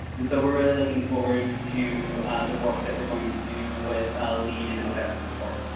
and so, we are really looking forward to the work that we are going to do with lead and odep's support.